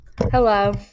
Hello